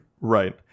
right